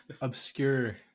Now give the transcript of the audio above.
obscure